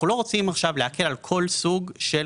אנחנו לא רוצים עכשיו להקל על כל סוג של